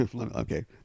Okay